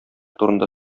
турында